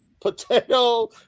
Potato